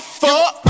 fuck